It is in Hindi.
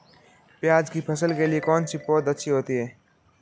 प्याज़ की फसल के लिए कौनसी पौद अच्छी होती है?